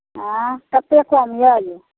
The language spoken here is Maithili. अँए कतेक कम अइ यौ